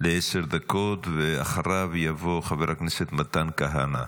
לעשר דקות, ואחריו יבוא חבר הכנסת מתן כהנא.